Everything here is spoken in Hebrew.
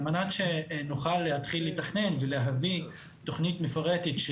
על מנת שנוכל להתחיל לתכנן ולהביא תוכנית מפורטת,